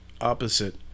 opposite